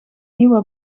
nieuwe